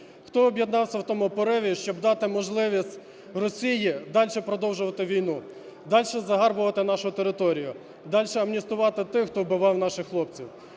хто об'єднався в тому пориві, щоб дати можливість Росії дальше продовжувати війну, дальше загарбувати нашу територію, дальше амністувати тих, хто вбивав наших хлопців.